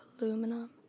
Aluminum